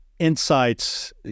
insights